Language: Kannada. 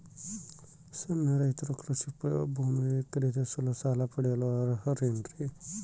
ಸಣ್ಣ ರೈತರು ಕೃಷಿ ಭೂಮಿ ಖರೇದಿಸಲು ಸಾಲ ಪಡೆಯಲು ಅರ್ಹರೇನ್ರಿ?